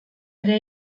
ere